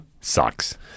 sucks